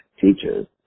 teachers